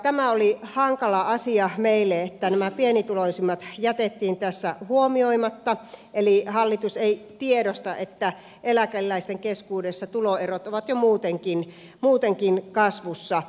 tämä oli hankala asia meille että nämä pienituloisimmat jätettiin tässä huomioimatta eli hallitus ei tiedosta että eläkeläisten keskuudessa tuloerot ovat jo muutenkin kasvussa